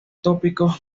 trópico